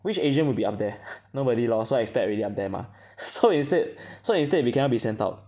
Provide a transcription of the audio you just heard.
which asian will be up there nobody lor so expat already up there mah so instead so instead we cannot be sent out